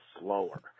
slower